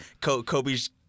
Kobe's